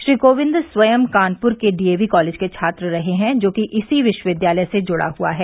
श्री कोविंद स्वयं कानपुर के DAV college के छात्र रहे हैं जो कि इसी विश्वविद्यालय से जुड़ा हुआ है